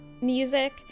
music